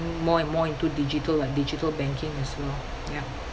more and more into digital like digital banking as well ya